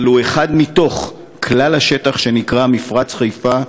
אבל הוא אחד מתוך כלל השטח שנקרא מפרץ חיפה,